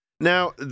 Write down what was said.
Now